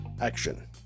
action